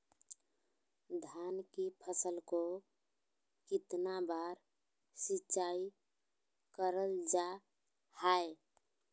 धान की फ़सल को कितना बार सिंचाई करल जा हाय?